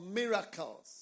miracles